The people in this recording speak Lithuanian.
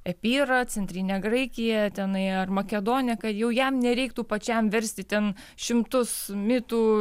epyrą centrinę graikiją tenai ar makedoniką jau jam nereiktų pačiam versti ten šimtus mitų